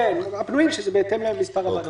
כן, הפנויים בהתאם למספר הוועדות.